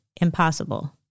impossible